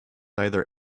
either